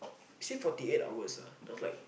say forty eight hours sounds like